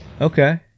okay